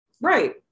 Right